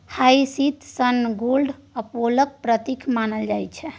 hyacinth सन गोड अपोलोक प्रतीक मानल जाइ छै